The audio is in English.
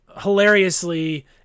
hilariously